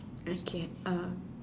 okay uh